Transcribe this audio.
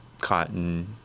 cotton